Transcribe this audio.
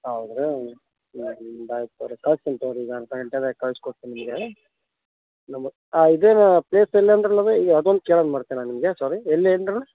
ಹೌದು ರೀ ಹ್ಞೂ ಹ್ಞೂ ಹ್ಞೂ ಆಯ್ತು ಸರಿ ಕಳಿಸ್ತೀನ್ ತಗೋಳ್ರಿ ಈಗ ಅರ್ಧ ಗಂಟೆದಾಗ ಕಳ್ಸ್ಕೊಡ್ತೀನಿ ನಿಮಗೆ ನಮ್ಮ ಹಾಂ ಇದೇನ ಪ್ಲೇಸ್ ಎಲ್ಲಂದ್ರೆ ಈಗ ಅದೊಂದು ಕೇಳೋದ್ ಮರೆತೆ ನಾನು ನಿಮಗೆ ಸ್ವಾರಿ ಎಲ್ಲಿ ಅಂದ್ರೆ